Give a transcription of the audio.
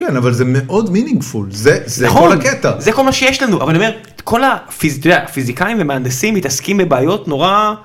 כן, אבל זה מאוד meaningful, זה, זה כל הקטע. נכון, זה כל מה שיש לנו. אבל אני אומר, כל ה... אתה יודע, הפיזיקאים והמהנדסים מתעסקים בבעיות נורא...